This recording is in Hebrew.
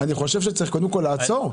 אני חושב שצריך קודם כל לעצור את זה.